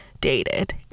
dated